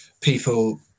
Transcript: people